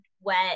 wet